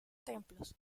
templos